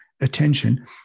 attention